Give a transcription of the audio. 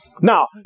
Now